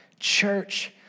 Church